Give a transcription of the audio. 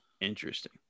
Interesting